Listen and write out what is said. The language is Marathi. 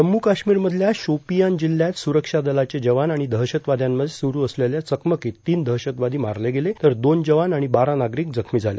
जम्मू काश्मीरमधल्या शोपियान जिल्ह्यात सुरक्षा दलाचे जवान आणि दहशतवाद्यांमध्ये सुरू असलेल्या चकमकीत तीन दहशतवादी मारले गेले तर दोन जवान आणि बारा नागरिक जखमी झाले